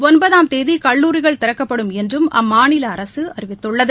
ஒன்பதாம் தேதி கல்லூரிகள் திறக்கப்படும் என்றும் அம்மாநில அரசு அறிவித்துள்ளது